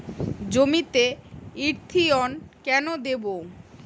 জমিতে ইরথিয়ন কেন দেবো?